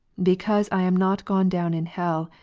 because i am not gone down in hell,